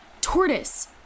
Tortoise